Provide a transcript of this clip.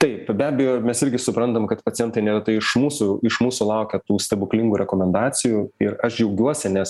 taip be abejo mes irgi suprantam kad pacientai neretai iš mūsų iš mūsų laukia tų stebuklingų rekomendacijų ir aš džiaugiuosi nes